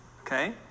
Okay